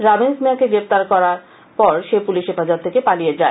রমিজ মিঞাকে গ্রেপ্তার করার পর সে পুলিশ হেপাজত থেকে পালিয়ে যায়